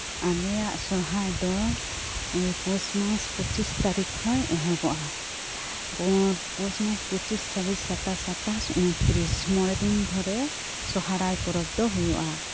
ᱟᱞᱮᱭᱟᱜ ᱥᱚᱦᱚᱨᱟᱭ ᱫᱚ ᱯᱚᱥᱢᱟᱥ ᱯᱩᱪᱤᱥ ᱛᱟᱨᱤᱠᱷ ᱠᱷᱚᱡ ᱮᱦᱚᱯᱚᱜᱼᱟ ᱯᱚᱥᱢᱟᱥ ᱯᱩᱪᱤᱥ ᱪᱷᱟᱵᱵᱤᱥ ᱥᱟᱛᱟᱥ ᱟᱴᱷᱟᱥ ᱩᱱᱚᱛᱨᱤᱥ ᱢᱚᱲᱮᱫᱤᱱ ᱫᱷᱚᱨᱮ ᱥᱚᱦᱚᱨᱟᱭ ᱯᱚᱨᱚᱵ ᱫᱚ ᱦᱩᱭᱩᱜᱼᱟ